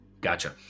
Gotcha